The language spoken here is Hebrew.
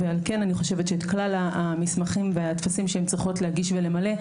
ועל כן אני חושבת שאת כלל המסמכים והטפסים שהן צריכות להגיש ולמלא,